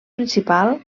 principal